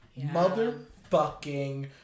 motherfucking